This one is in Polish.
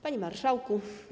Panie Marszałku!